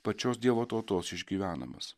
pačios dievo tautos išgyvenamas